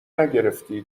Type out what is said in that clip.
نگرفتی